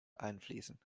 einfließen